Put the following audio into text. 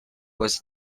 was